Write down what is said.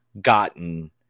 gotten